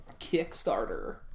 Kickstarter